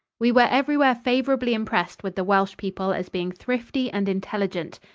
we were everywhere favorably impressed with the welsh people as being thrifty and intelligent.